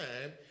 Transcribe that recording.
time